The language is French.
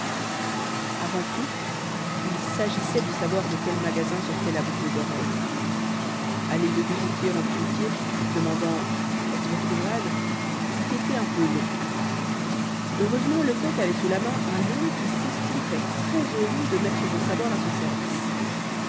avant tout il s'agissait de savoir de quel magasin sortait la boucle d'oreille aller de bijoutier en bijoutier demandant est-ce votre ouvrage eût été un peu long heureusement lecoq avait sous la main un homme qui s'estimerait très-heureux de mettre son savoir à son service